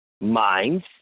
minds